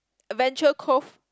Adventure Cove